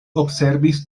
observis